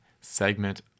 segment